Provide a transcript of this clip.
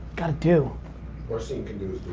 gotta do. worst thing you can do